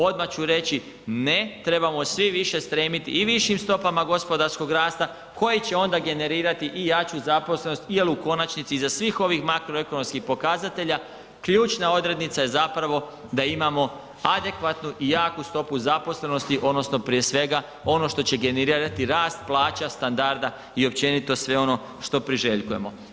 Odmah ću reći ne, trebamo svi više stremiti i višim stopama gospodarskog rasta koji će onda generirati i jaču zaposlenost jel u konačnici iza svih ovih makroekonomskih pokazatelja ključna odrednica je zapravo da imamo adekvatnu i jaku stopu zaposlenosti odnosno prije svega ono što će generirati rast plaća, standarda i općenito sve ono što priželjkujemo.